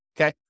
Okay